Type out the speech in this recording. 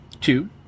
Two